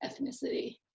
ethnicity